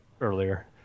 earlier